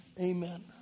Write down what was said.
Amen